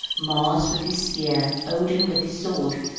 mars with his spear, odin with his sword.